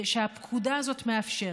שהפקודה הזאת מאפשרת.